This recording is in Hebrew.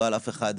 לא על אף אחד,